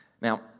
Now